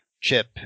Chip